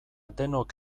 denok